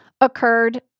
occurred